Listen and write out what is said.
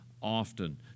often